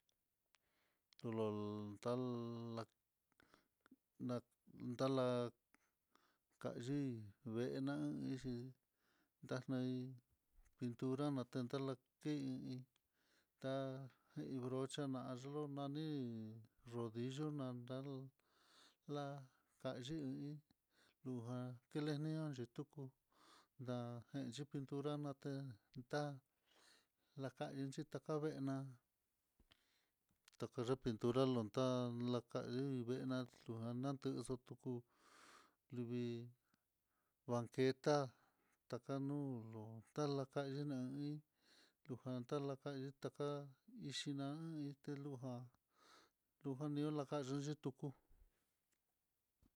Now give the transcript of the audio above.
Ló tal lá na tala kayii, veena hixhi nalei, pintura natendi la'a kii ta iin brocha nayo laxni rrodillo nanlan, la kayivi'i nujan kelinia xhitu ku nda i pintura, natentá laka inchí takavee, ná takaya pintura lontá laka hí veena lujan na texu tuku livii banqueta, takaluno tala kaiyena hí lujan talakaye taká ixhina ité lujan liuja ni laka xhine tituku.